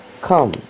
come